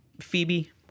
phoebe